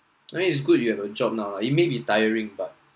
I mean it's good you have a job now lah it may be tiring but